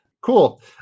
Cool